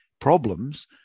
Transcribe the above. problems